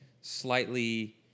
slightly